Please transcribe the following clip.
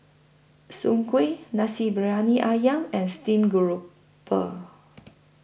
Soon Kueh Nasi Briyani Ayam and Steamed Grouper